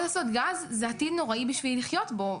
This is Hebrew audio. עוד אסדות גז זה עתיד נוראי בשבילי לחיות בו,